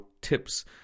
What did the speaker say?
tips